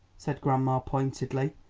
said grandma pointedly.